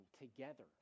together